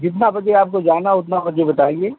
जितना बजे आपको जाना उतना बजे बताइए